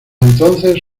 entonces